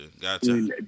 gotcha